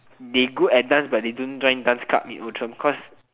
they good at dance but the don't join dance club in Outram cause